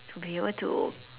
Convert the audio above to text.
to be able to